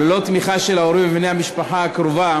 וללא תמיכה של ההורים ובני המשפחה הקרובה